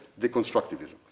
deconstructivism